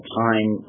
time